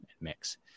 mix